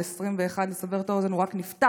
2021. אני אסבר את האוזן: הוא רק נפתח